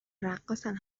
رقاصن